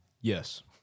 Yes